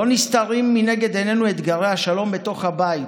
לא נסתרים מעינינו אתגרי השלום בתוך הבית.